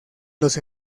los